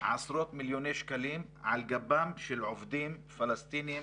עשרות מיליוני שקלים על גבם של עובדים פלסטינים,